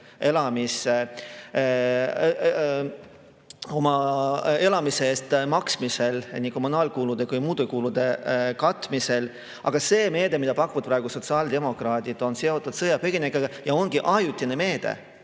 inimesi elamise eest maksmisel, nii kommunaalkulude kui ka muude kulude katmisel. Aga see meede, mida pakuvad praegu sotsiaaldemokraadid, on seotud sõjapõgenikega ja ongi ajutine meede,